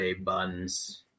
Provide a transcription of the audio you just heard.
Buns